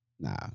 Nah